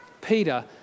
Peter